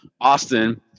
Austin